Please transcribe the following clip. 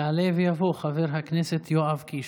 יעלה ויבוא חבר הכנסת יואב קיש.